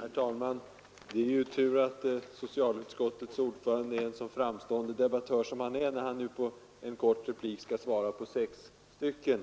Herr talman! Det är ju tur att socialutskottets ordförande herr Karlsson i Huskvarna är en så framstående debattör som han är, när han nu i en kort replik skall svara sju talare.